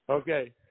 Okay